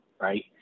right